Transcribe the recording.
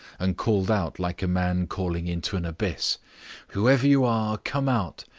and called out like a man calling into an abyss whoever you are, come out.